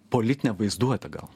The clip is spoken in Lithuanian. politinę vaizduotę gal